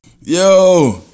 Yo